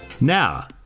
Now